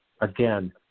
Again